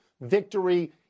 victory